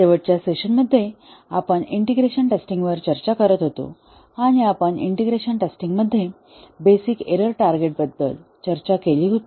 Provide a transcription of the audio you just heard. शेवटच्या सेशनमध्ये आपण इंटिग्रेशन टेस्टिंग वर चर्चा करत होतो आणि आपण इंटिग्रेशन टेस्टिंग मध्ये बेसिक एरर टार्गेट बद्दल चर्चा केली होती